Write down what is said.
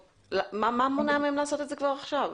מה מונע מהם לעשות את זה כבר עכשיו?